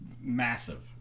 massive